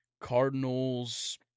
Cardinals